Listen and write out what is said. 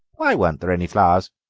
why weren't there any flowers?